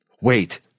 Wait